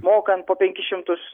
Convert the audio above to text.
mokant po penkis šimtus